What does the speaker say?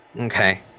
Okay